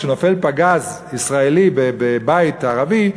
כשנופל פגז ישראלי בבית ערבי,